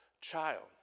child